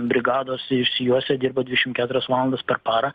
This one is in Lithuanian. brigados išsijuosę dirba dvidešim keturias valandas per parą